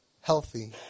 healthy